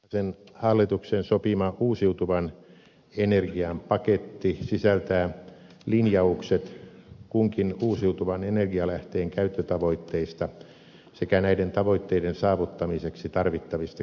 vanhasen hallituksen sopima uusiutuvan energian paketti sisältää linjaukset kunkin uusiutuvan energialähteen käyttötavoitteista sekä näiden tavoitteiden saavuttamiseksi tarvittavista keinoista